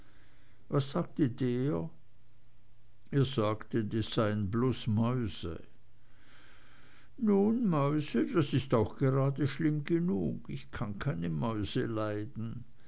was sagte der er sagte es seien bloß mäuse nun mäuse das ist auch gerade schlimm genug ich kann keine mäuse leiden